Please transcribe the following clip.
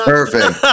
Perfect